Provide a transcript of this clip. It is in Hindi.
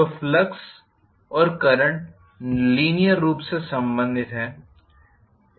तो फ्लक्स और करंट लीनीयर रूप में संबंधित हैं